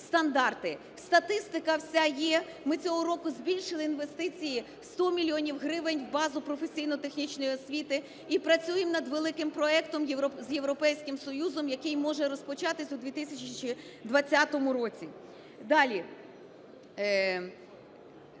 стандарти. Статистика вся є. Ми цього року збільшили інвестиції, 100 мільйонів гривень в базу професійно-технічної освіти і працюємо над великим проектом з Європейським Союзом, який може розпочатись у 2020 році. Далі.